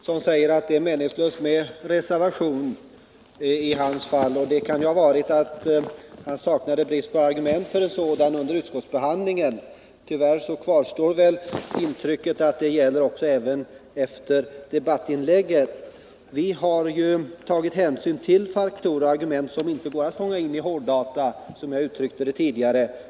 Herr talman! Bernt Nilsson säger att det för hans del var meningslöst att reservera sig i utskottet. Det kan ha berott på att han under utskottsbehandlingen saknade argument för en reservation. Tyvärr har man samma intryck även efter hans anförande här. Vi har tagit hänsyn till faktorer och argument som det, vilket jag sade tidigare, inte går att fånga in i hårddata.